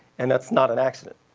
and that's not an accident.